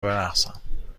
برقصم